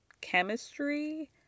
chemistry